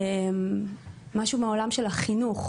משהו מהעולם של החינוך.